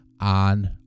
on